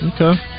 Okay